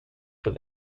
with